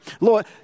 Lord